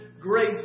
grace